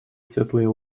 светлые